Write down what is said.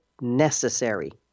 necessary